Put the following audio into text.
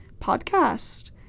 podcast